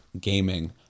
gaming